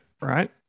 right